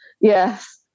Yes